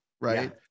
right